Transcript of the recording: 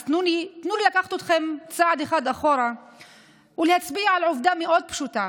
אז תנו לי לקחת אתכם צעד אחד אחורה ולהצביע על עובדה מאוד פשוטה: